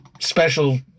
special